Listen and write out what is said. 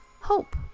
Hope